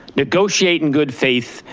negotiate in good faith,